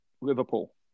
Liverpool